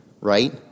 right